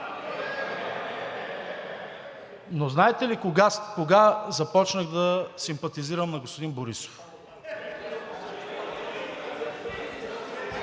Но знаете ли кога започнах да симпатизирам на господин Борисов?